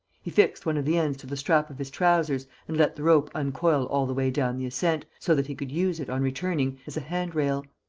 he fixed one of the ends to the strap of his trousers and let the rope uncoil all the way down the ascent, so that he could use it, on returning, as a hand-rail.